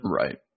Right